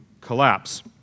collapse